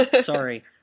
sorry